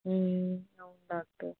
అవును డాక్టర్